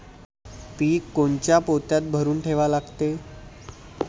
पीक कोनच्या पोत्यात भरून ठेवा लागते?